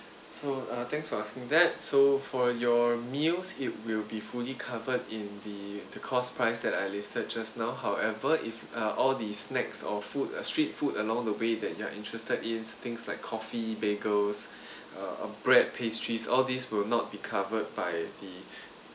so uh thanks for asking that so for your meals it will be fully covered in the the cost price that I listed just now however if uh all the snacks or food street food along the way that you are interested in things like coffee bagels uh bread pastries all these will not be covered by the